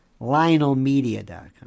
lionelmedia.com